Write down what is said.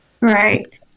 Right